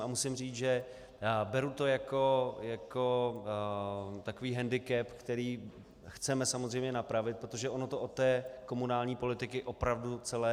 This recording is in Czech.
A musím říct, že beru to jako takový hendikep, který chceme samozřejmě napravit, protože ono to od té komunální politiky opravdu celé jde.